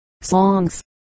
Songs